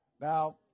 Now